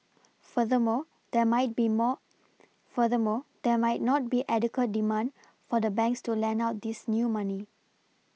furthermore there might be more furthermore there might not be adequate demand for the banks to lend out this new money